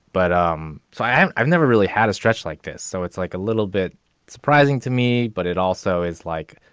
but um so i um i've never really had a stretch like this. so it's like a little bit surprising to me. but it also is like